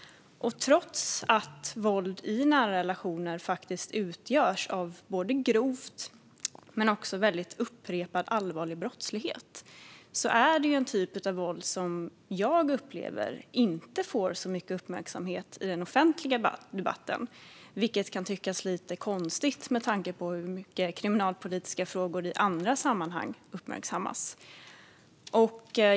Trots att våld i nära relationer utgörs av både grovt och upprepat våld är det en typ av brottslighet som jag upplever inte får så mycket uppmärksamhet i den offentliga debatten, vilket kan tyckas lite konstigt med tanke på hur mycket andra kriminalpolitiska frågor uppmärksammas.